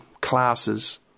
classes